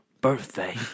birthday